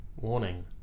Warning